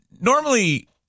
normally